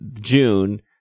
June